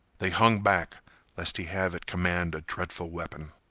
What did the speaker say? they hung back lest he have at command a dreadful weapon.